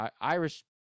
Irish